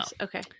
okay